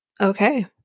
Okay